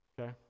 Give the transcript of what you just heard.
okay